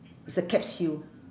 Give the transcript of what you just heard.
it's a capsule